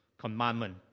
commandment